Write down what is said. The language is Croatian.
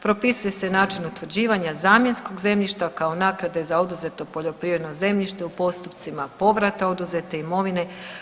Propisuje način utvrđivanja zamjenskog zemljišta kao naknade za oduzeto poljoprivredno zemljište u postupcima povrata oduzete imovine.